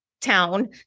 town